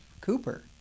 cooper